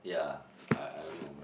yeah I I don't know